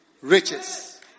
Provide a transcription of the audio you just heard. riches